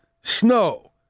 snow